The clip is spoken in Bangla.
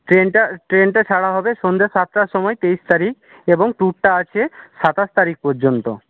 ট্রেনটা ট্রেনটা ছাড়া হবে সন্ধ্যে সাতটার সময় তেইশ তারিখ এবং ট্যুরটা আছে সাতাশ তারিখ পর্যন্ত